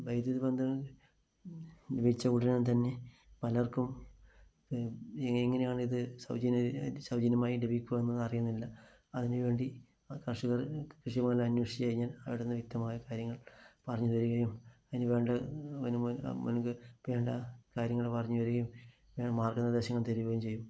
വൈദ്യുതിബന്ധം ലഭിച്ച ഉടനെ തന്നെ പലര്ക്കും എങ്ങനെയാണിത് സൌജന്യമായി സൌജന്യമായി ലഭിക്കുക എന്നത് അറിയുന്നില്ല അതിന് വേണ്ടി കര്ഷകര് കൃഷിഭവനില് അന്വേഷിച്ചുകഴിഞ്ഞാല് അവിടുന്ന് വ്യക്തമായ കാര്യങ്ങള് പറഞ്ഞുതരികയും അതിനു വേണ്ട അതിന് മുന്പ് വേണ്ട കാര്യങ്ങള് പറഞ്ഞുതരികയും മാര്ഗനിര്ദ്ദേശങ്ങള് തരികയും ചെയ്യും